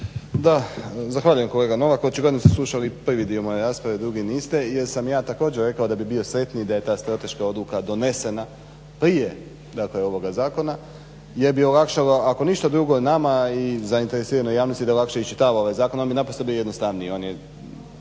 Da, zahvaljujem kolega Novak, očigledno ste slušali prvi dio moje rasprave drugi niste jer sam ja također rekao da bi bio sretniji da je ta strateška odluka donesena prije ovoga zakona jer bi olakšala ako ništa drugo nama i zainteresiranoj javnosti da lakše ovaj zakon, on bi bio jednostavniji.